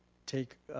take